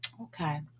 Okay